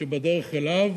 שבדרך אליו